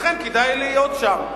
ולכן כדאי להיות שם.